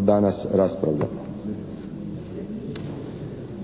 danas raspravljamo.